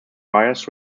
wires